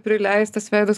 prileistas veidas